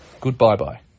goodbye-bye